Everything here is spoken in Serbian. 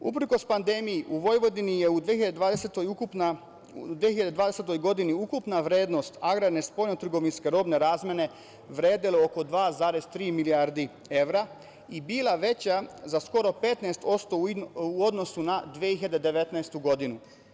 Uprkos pandemiji, u Vojvodini je u 2020. godini ukupna vrednost agrarne spoljnotrgovinske robne razmene vredela oko 2,3 milijarde evra i bila veća za skoro 15% u odnosu na 2019. godinu.